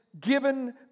given